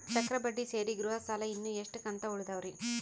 ಚಕ್ರ ಬಡ್ಡಿ ಸೇರಿ ಗೃಹ ಸಾಲ ಇನ್ನು ಎಷ್ಟ ಕಂತ ಉಳಿದಾವರಿ?